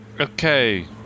Okay